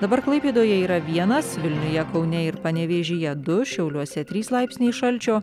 dabar klaipėdoje yra vienas vilniuje kaune ir panevėžyje du šiauliuose trys laipsniai šalčio